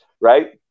right